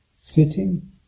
sitting